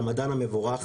ספור.